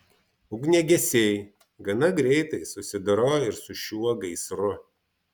ugniagesiai gana greitai susidorojo ir su šiuo gaisru